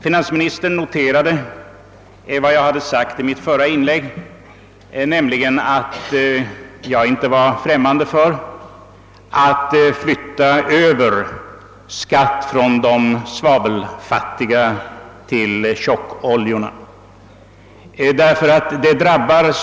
Finansministern noterade vidare vad jag framhöll i mitt föregående inlägg, nämligen att jag inte stod främmande för en överföring av skatt från de svavelfattiga oljorna till tjockoljorna.